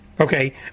Okay